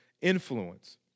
influence